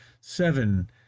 seven